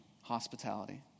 hospitality